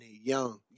young